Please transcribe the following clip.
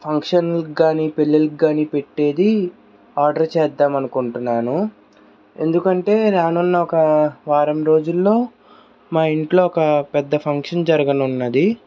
function కి గాని పెళ్ళిళ్లకి గాని పెట్టేది ఆర్డర్ చేద్దాం అనుకుంటున్నాను ఎందుకంటే రానున్న ఒక వారం రోజుల్లో మా ఇంట్లో ఒక పెద్ద ఫంక్షన్ జరగనున్నది